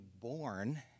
born